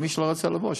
שמי שלא רוצה לבוא,